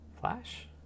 flash